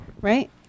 Right